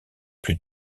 plus